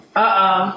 Uh-oh